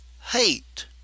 hate